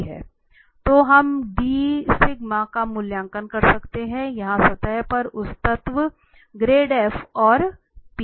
तो हम का मूल्यांकन कर सकते हैं यहाँ सतह पर उस तत्व ग्रेडिएंट f और